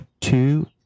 two